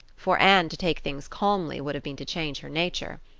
for anne to take things calmly would have been to change her nature.